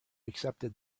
accepted